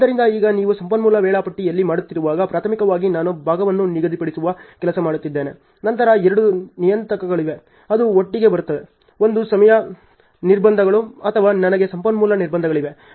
ಆದ್ದರಿಂದ ಈಗ ನೀವು ಸಂಪನ್ಮೂಲ ವೇಳಾಪಟ್ಟಿಯಲ್ಲಿ ಮಾಡುತ್ತಿರುವಾಗ ಪ್ರಾಥಮಿಕವಾಗಿ ನಾನು ಭಾಗವನ್ನು ನಿಗದಿಪಡಿಸುವ ಕೆಲಸ ಮಾಡುತ್ತಿದ್ದೇನೆ ನಂತರ ಎರಡು ನಿಯತಾಂಕಗಳಿವೆ ಅದು ಒಟ್ಟಿಗೆ ಬರುತ್ತದೆ ಒಂದು ಸಮಯದ ನಿರ್ಬಂಧಗಳು ಅಥವಾ ನನಗೆ ಸಂಪನ್ಮೂಲ ನಿರ್ಬಂಧಗಳಿವೆ